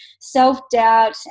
self-doubt